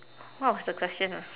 what was the question ah